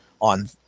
on